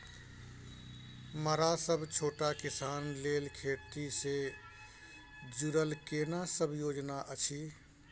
मरा सब छोट किसान लेल खेती से जुरल केना सब योजना अछि?